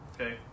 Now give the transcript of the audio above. Okay